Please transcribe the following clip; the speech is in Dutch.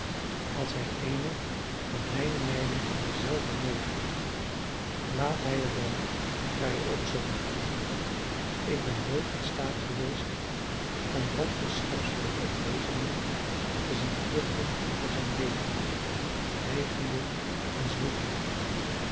als hij eene van mijne meiden in denzelfden nood vindt laat hij het dan vrij ook zoo maken ik ben nooit in staat geweest om wat voor schepsel het ook wezen mocht te zien vluchten voor zijn leven hijgende en zwoegende